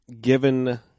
given